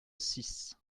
six